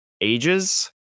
ages